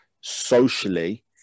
socially